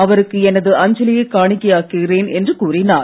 அவருக்கு எனது அஞ்சலியை காணிக்கையாக்குகிறேன் என்று கூறினார்